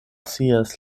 scias